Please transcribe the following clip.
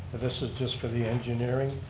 this is just for the engineering